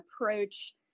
approach